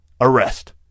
arrest